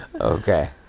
Okay